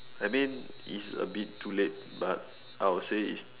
I mean it's a bit too late but I would say it's